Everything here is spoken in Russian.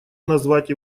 назвать